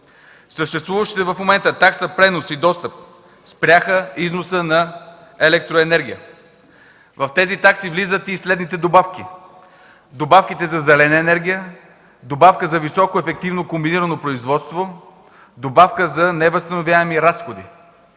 Съществуващите в момента такса пренос и достъп спряха износа на електроенергия. В тези такси влизат и следните добавки: добавка за зелена енергия, добавка за високо ефективно комбинирано производство, добавка за невъзстановяеми разходи.